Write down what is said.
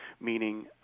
meaning